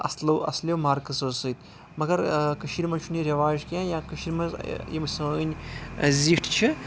اصلو اَصٕلیٚو مارکٔسو سۭتۍ مَگر کٔشیٖر منٛز چھُ نہٕ یہِ ریٚواج کیٚنٛہہ یا کٔشیٖر منٛز یِم سٲنۍ زِٹھ چھِ